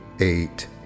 eight